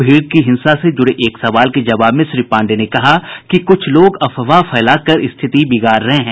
भीड़ की हिंसा से जुड़े एक सवाल के जवाब में श्री पांडेय ने कहा कि कुछ लोग अफवाह फैला कर स्थिति बिगाड़ रहे हैं